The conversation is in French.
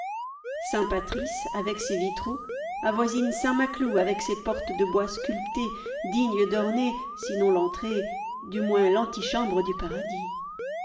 saint patrice avec ses vitraux avoisine saint maclou avec ses portes de bois sculpté dignes d'orner sinon l'entrée du moins l'antichambre du paradis